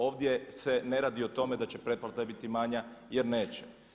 Ovdje se ne radi o tome da će pretplata biti manja jer neće.